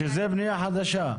שזה בנייה חדשה.